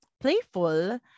playful